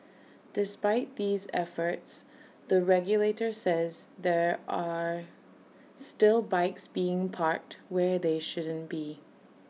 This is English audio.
despite these efforts the regulator says there are still bikes being parked where they shouldn't be